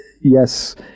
yes